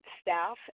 staff